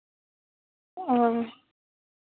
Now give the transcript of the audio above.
ᱦᱮᱸ